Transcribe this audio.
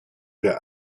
der